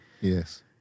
yes